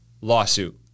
lawsuit